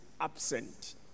absent